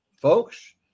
folks